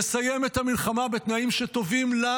לסיים את המלחמה בתנאים שטובים לנו.